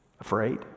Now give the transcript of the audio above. afraid